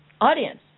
Audience